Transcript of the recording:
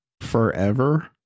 Forever